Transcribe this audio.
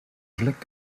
vlek